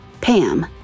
Pam